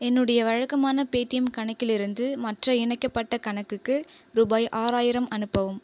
என்னுடைய வழக்கமான பேடீஎம் கணக்கிலிருந்து மற்ற இணைக்கப்பட்ட கணக்குக்கு ரூபாய் ஆறாயிரம் அனுப்பவும்